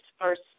first